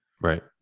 Right